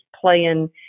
playing